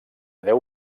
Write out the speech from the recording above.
deu